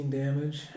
damage